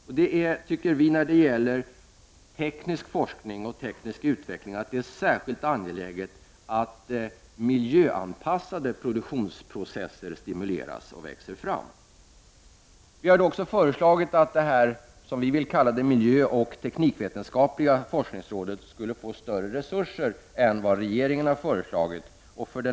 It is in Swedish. Vi menar att det när det gäller teknisk forskning och teknisk utveckling är särskilt angeläget att miljöanpassade produktionsprocesser stimuleras och växer fram. Vi har också föreslagit att det vi vill kalla för det miljöoch teknikvetenskapliga forskningsrådet får större resurser än vad regeringen har föreslagit.